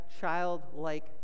childlike